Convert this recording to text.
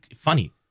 funny